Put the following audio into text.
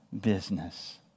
business